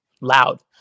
loud